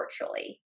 virtually